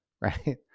right